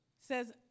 says